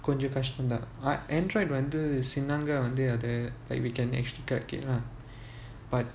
கொஞ்சம் கஷ்டம் தான்:konjam kastam thaan I android வந்து:vanthu like we can actually crack it lah but